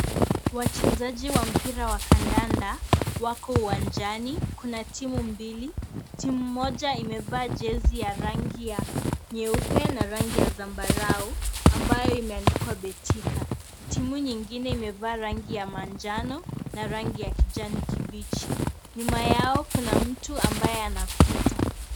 Wachezaji wa mpira wa kandanda wako uwanjani, kuna timu mbili timu moja imevaa jezi ya rangi ya nyeupe na rangi ya zambarao ambayo imeandikwa betika. Timu nyingine imevaa rangi ya manjano na rangi ya kijani kibichi , nyuma yao kuna mtu ambaye anapita.